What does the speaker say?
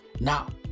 Now